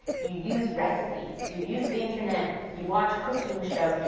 you use recipes. you use the internet. you watch cooking shows.